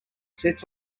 sits